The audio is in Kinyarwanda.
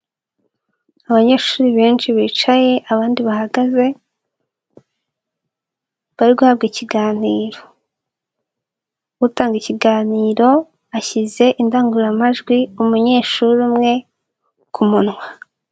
Abanyeshuri benshi bicaye abandi bahagaze, bari guhahabwa ikiganiro. Utanga ikiganiro ashyize indangururamajwi umunyeshuri umwe ku kumunwa.